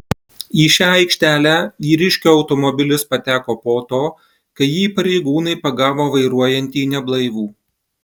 į šią aikštelę vyriškio automobilis pateko po to kai jį pareigūnai pagavo vairuojantį neblaivų